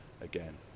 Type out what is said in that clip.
again